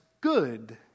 good